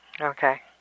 Okay